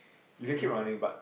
you can keep running but